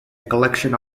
collection